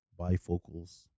bifocals